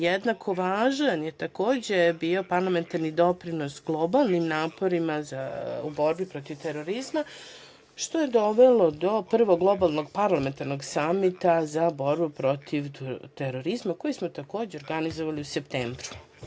Jednako važan je takođe bio parlamentarni doprinos globalnim naporima u borbi protiv terorizma, što je dovelo do prvog Globalnog parlamentarnog samita za borbu protiv terorizma, koji smo takođe organizovali u septembru.